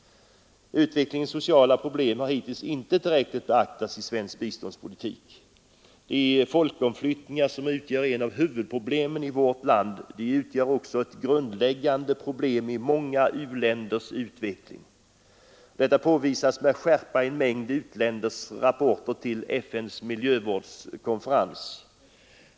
Utvecklingens sociala problem har hittills inte tillräckligt beaktats i svensk biståndspolitik. De folkomflyttningar som utgör ett av huvudproblemen i vårt eget land utgör också ett grundläggande problem i många u-länders utveckling. Detta påvisades med skärpa i en mängd u-länders rapporter till FN:s miljövårdskonferens.